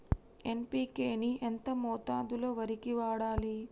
NPK ని ఎంత మోతాదులో వరికి వాడాలి?